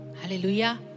Hallelujah